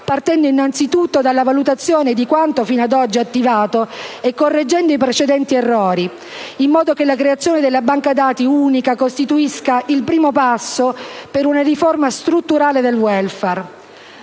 partendo innanzitutto dalla valutazione di quanto fino ad oggi attivato e correggendo i precedenti errori, in modo che la creazione della banca dati unica costituisca il primo passo per una riforma strutturale del *welfare*.